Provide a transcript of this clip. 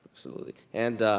absolutely and,